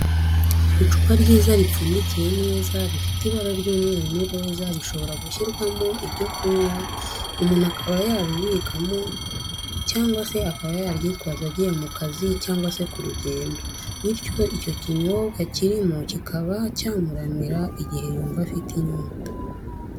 Icupa ryiza ripfundikiye neza, rifite ibara ry'umweru n'iroza rishobora gushyirwamo ibyo kunywa, umuntu akaba yabibikamo cyangwa se akaba yaryitwaza agiye mu kazi cyangwa se ku rugendo, bityo icyo kinyobwa kirimo kikaba cyamuramira igihe yumva afite inyota.